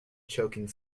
choking